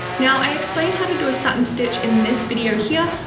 now i explained how to do a satin stitch in this video here,